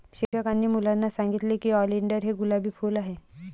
शिक्षकांनी मुलांना सांगितले की ऑलिंडर हे गुलाबी फूल आहे